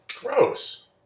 Gross